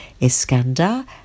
Iskandar